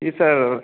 जी sir